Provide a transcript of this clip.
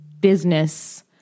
business